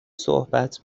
صحبت